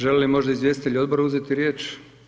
Žele li možda izvjestitelji odbora uzeti riječ?